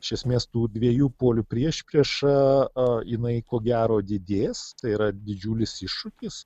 iš esmės tų dviejų polių priešprieša jinai ko gero didės tai yra didžiulis iššūkis